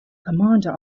commander